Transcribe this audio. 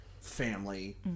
family